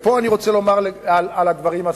ופה אני רוצה לומר על הדברים הספציפיים: